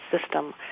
system